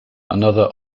another